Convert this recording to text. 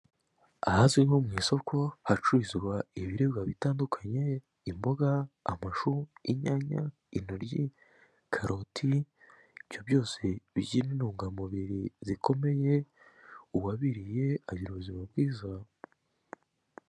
Aazwi nko mu isoko hacuruzwazwa ibiribwa bitandukanye, imboga, inyanya, intoryi, karoti ibyo byose bigira intungamubiri zikomeye uwabiriye agira ubuzima bwiza.